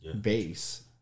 base